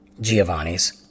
Giovanni's